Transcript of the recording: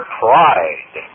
pride